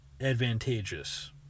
advantageous